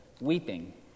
weeping